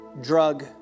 drug